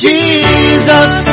Jesus